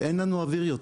אין לנו אוויר יותר.